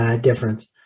difference